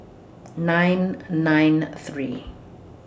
nine nine three